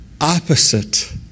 opposite